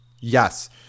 Yes